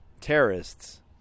terrorists